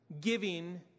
giving